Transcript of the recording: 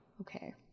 Okay